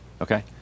okay